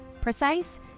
precise